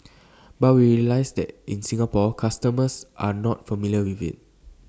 but we realise that in Singapore customers are not familiar with IT